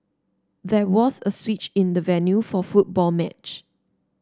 there was a switch in the venue for football match